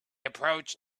approached